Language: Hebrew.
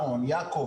יעקב,